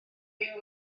byw